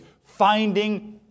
finding